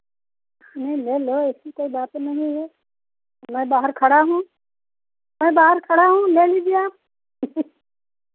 नहीं ले लो ऐसी कोई बात नहीं है मैं बाहर खड़ा हूँ मैं बाहर खड़ा हूँ ले लीजिए आप